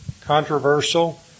controversial